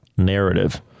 Narrative